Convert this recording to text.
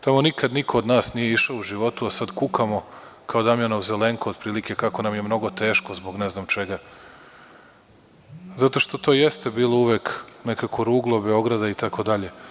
Tamo niko od nas nije išao u životu, a sada kukamo kao Damjanov zelenko, otprilike, kako nam je mnogo teško, zbog ne znam čega, zato što to jeste uvek bilo nekakvo ruglo Beograda itd.